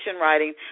writing